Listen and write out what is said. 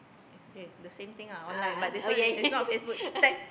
okay the same thing lah online but this one is not Facebook tagged